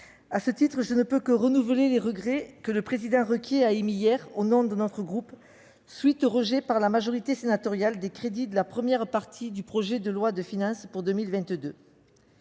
À cet égard, je ne peux que renouveler les regrets que le président Requier a émis hier, au nom de notre groupe, après le rejet par la majorité sénatoriale de la première partie du projet de loi de finances pour 2022.